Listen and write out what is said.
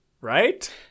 right